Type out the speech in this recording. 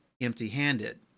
empty-handed